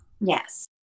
yes